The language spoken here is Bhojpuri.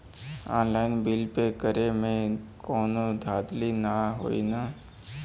ऑनलाइन बिल पे करे में कौनो धांधली ना होई ना?